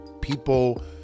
people